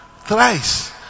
Thrice